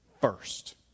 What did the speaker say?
first